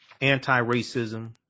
Anti-Racism